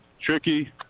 tricky